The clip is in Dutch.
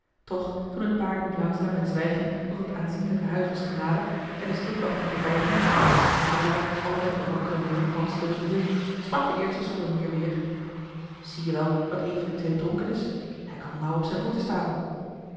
toch toen het paar nu langzaam en zwijgend tot het aanzienlijk huis was genaderd en de schildwachten voorbijging de grijsaard altijd den wankelenden jonkman steunende sprak de eerste soldenier weêr zie je wel dat een van die twee dronken is hij kan nauw op zijne voeten staan